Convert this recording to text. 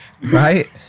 right